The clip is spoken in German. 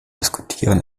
diskutieren